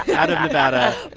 out of nevada.